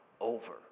over